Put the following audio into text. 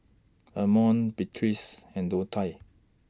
Armond Beatriz and Donte